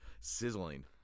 Sizzling